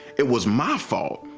it was my fault.